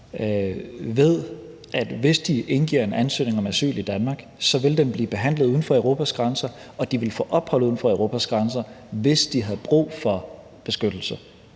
ved, at hvis de indgiver en ansøgning om asyl i Danmark, vil den blive behandlet uden for Europas grænser, og at de vil få ophold uden for Europas grænser, hvis de har brug for beskyttelse,